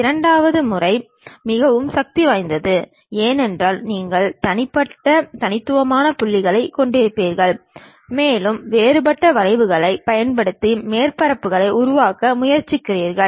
இரண்டாவது முறை மிகவும் சக்தி வாய்ந்தது ஏனென்றால் நீங்கள் தனிமைப்படுத்தப்பட்ட தனித்துவமான புள்ளிகளைக் கொண்டிருப்பீர்கள் மேலும் வேறுபட்ட வளைவுகளைப் பயன்படுத்தி மேற்பரப்புகளை உருவாக்க முயற்சிக்கிறீர்கள்